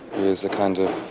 is a kind of.